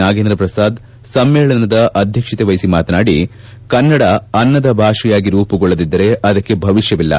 ನಾಗೇಂದ್ರ ಪ್ರಸಾದ್ ಸಮ್ನೇಳನದ ಅಧ್ಯಕ್ಷತೆ ವಹಿಸಿ ಮಾತಾನಾಡಿ ಕನ್ನಡ ಅನ್ನದ ಭಾಷೆಯಾಗಿ ರೂಪುಗೊಳ್ಳದಿದ್ದರೆ ಅದಕ್ಕೆ ಭವಿಷ್ಟವಿಲ್ಲ